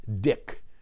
Dick